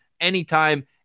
anytime